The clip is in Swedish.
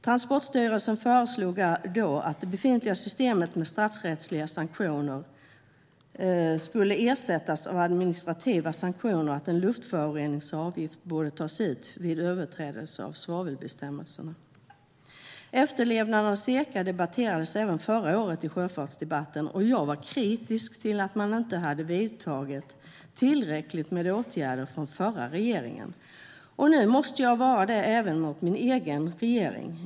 Transportstyrelsen föreslog då att det befintliga systemet med straffrättsliga sanktioner skulle ersättas av administrativa sanktioner och att en luftföroreningsavgift borde tas ut vid överträdelse av svavelbestämmelserna. Efterlevnaden av SECA debatterades även förra året i sjöfartsdebatten. Jag var kritisk till att den förra regeringen inte hade vidtagit tillräckligt med åtgärder. Nu måste jag vara kritisk även mot min egen regering.